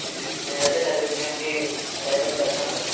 నేను అయితే చదివించడానికి ప్రయత్నం చేస్తాను సార్